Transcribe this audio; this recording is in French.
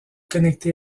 connectée